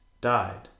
died